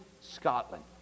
Scotland